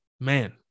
man